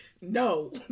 no